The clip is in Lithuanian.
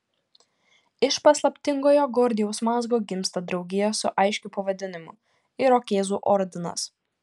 iš paslaptingojo gordijaus mazgo gimsta draugija su aiškiu pavadinimu irokėzų ordinas